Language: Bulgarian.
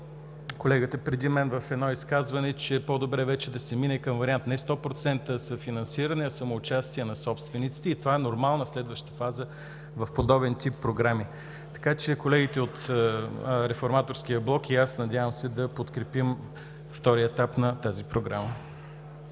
колегата преди мен в едно изказване, че е по-добре вече да се мине към вариант не 100% съфинансиране, а самоучастие на собствениците, и това е нормална следваща фаза в подобен тип програми. Така че колегите от Реформаторския блок и аз, надявам се, да подкрепим втория етап на тази Програма.